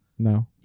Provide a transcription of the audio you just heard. No